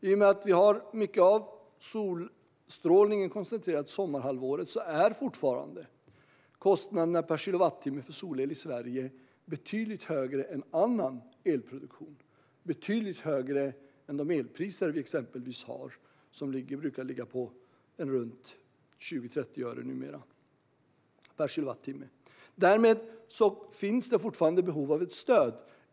I och med att vi har mycket av solstrålningen koncentrerad till sommarhalvåret är fortfarande kostnaderna per kilowattimme för solel i Sverige betydligt högre än för annan elproduktion, det vill säga betydligt högre än de elpriser som brukar ligga på 20-30 öre per kilowattimme. Därmed finns det fortfarande ett behov av ett stöd.